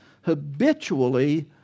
habitually